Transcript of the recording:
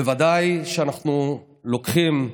בוודאי שאנחנו לוקחים,